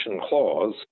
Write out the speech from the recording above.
clause